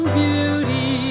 beauty